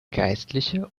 geistliche